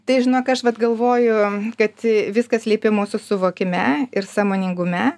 tai žinok aš vat galvoju kad viskas slypi mūsų suvokime ir sąmoningume